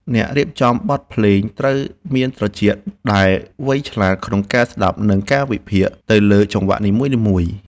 អ្នករៀបចំបទភ្លេងត្រូវមានត្រចៀកដែលវៃឆ្លាតក្នុងការស្ដាប់ និង ការវិភាគទៅលើចង្វាក់ភ្លេងនីមួយៗ។